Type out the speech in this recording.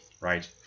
Right